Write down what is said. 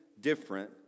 different